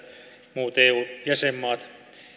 muut eun jäsenmaat